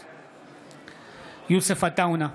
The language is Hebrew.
בעד יוסף עטאונה,